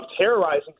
terrorizing